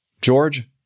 George